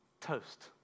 toast